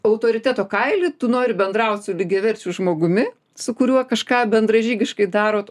autoriteto kaily tu nori bendraut su lygiaverčiu žmogumi su kuriuo kažką bendražygiškai darot